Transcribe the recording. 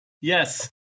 Yes